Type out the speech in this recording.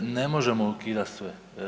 Ne možemo ukidat sve.